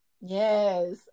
yes